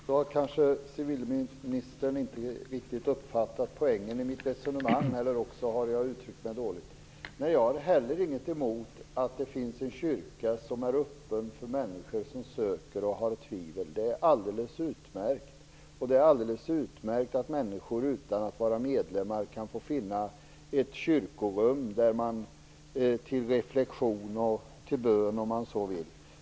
Herr talman! Kanske civilministern inte riktigt uppfattade poängen i mitt resonemang, eller också har jag uttryckt mig dåligt. Jag har inte heller något emot att det finns en kyrka som är öppen för människor som har tvivel och söker. Det är alldeles utmärkt. Det är alldeles utmärkt att människor utan att vara medlemmar kan finna ett kyrkorum till reflexion och bön om de så vill.